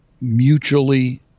mutually